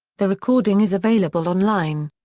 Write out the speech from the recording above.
the recording is available online.